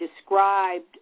described